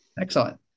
Excellent